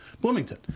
bloomington